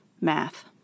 Math